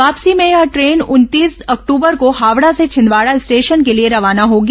वापसी में यह ट्रेन उनतीस अक्टबर को हावडा से छिंदवाडा स्टेशन के लिए रवाना होगी